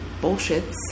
bullshits